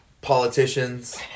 politicians